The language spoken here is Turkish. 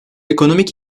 ekonomik